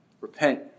Repent